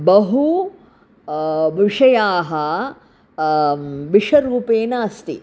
बहवः विषयाः विषरूपेण अस्ति